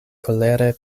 kolere